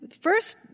first